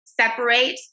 separate